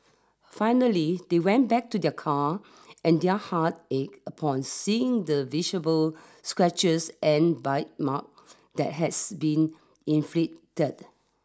finally they went back to their car and their heart ached upon seeing the visible scratches and bite mark that has been inflicted